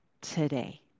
today